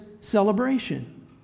celebration